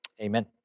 amen